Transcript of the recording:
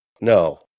No